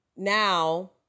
now